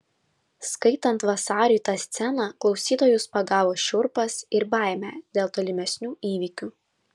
skaitant vasariui tą sceną klausytojus pagavo šiurpas ir baimė dėl tolimesnių įvykių